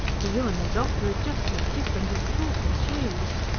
for you and the doctor are just as different as chalk and cheese.